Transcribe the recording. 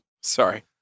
Sorry